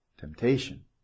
temptation